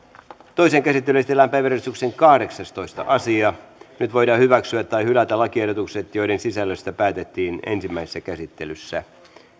toiseen käsittelyyn esitellään päiväjärjestyksen kahdeksastoista asia nyt voidaan hyväksyä tai hylätä lakiehdotukset joiden sisällöstä päätettiin ensimmäisessä käsittelyssä